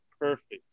perfect